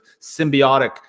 symbiotic